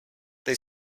they